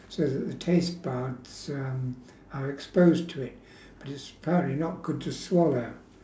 so that the taste buds um are exposed to it but it's very not good to swallow